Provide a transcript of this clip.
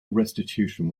restitution